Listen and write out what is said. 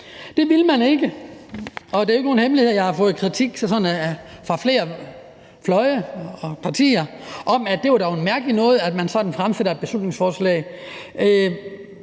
Det ville man ikke, og det er ikke nogen hemmelighed, at jeg har fået kritik fra flere fløje og partier om, at det dog var en mærkelige